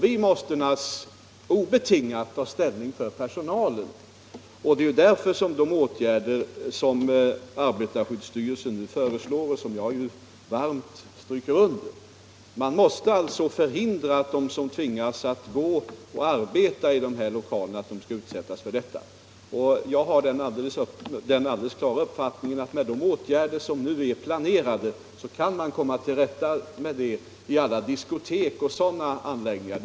Vi måste naturligtvis obetingat ta ställning för personalen, och det är därför som arbetarskyddstyrelsen nu föreslår de åtgärder som jag nämnt och som jag starkt understryker behovet av. Det måste alltså förhindras att de som tvingas arbeta i de här lokalerna skall utsättas för alltför kraftigt buller. Jag har den alldeles klara uppfattningen att med de åtgärder som nu är planerade kan man komma till rätta med förhållandena i alla diskotek och liknande anläggningar.